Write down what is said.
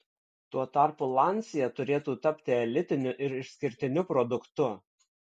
tuo tarpu lancia turėtų tapti elitiniu ir išskirtiniu produktu